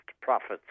profits